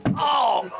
oh,